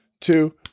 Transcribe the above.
two